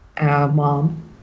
mom